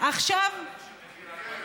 כרגע יש עלייה דרמטית של מחיר העגבניות.